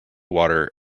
water